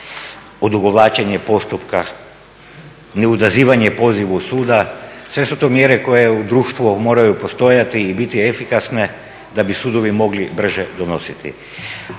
odugovlačenje postupka, neodazivanje pozivu suda sve su to mjere koje u društvu moraju postojati i biti efikasne da bi sudovi mogli brže donositi.